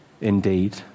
indeed